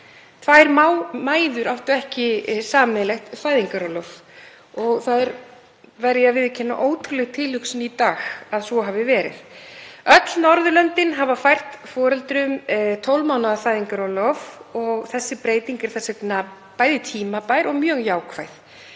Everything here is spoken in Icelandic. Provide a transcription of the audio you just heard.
Tvær mæður áttu ekki sameiginlegt fæðingarorlof og það er, verð ég að viðurkenna, ótrúleg tilhugsun í dag að svo hafi verið. Öll Norðurlöndin hafa fært foreldrum 12 mánaða fæðingarorlof og þessi breyting er þess vegna bæði tímabær og mjög jákvæð.